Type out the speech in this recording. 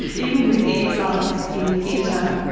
even with earplugs in the theatre,